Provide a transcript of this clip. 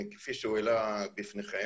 כפי שהוא העלה בפניכם.